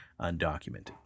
undocumented